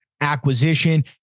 acquisition